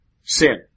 sin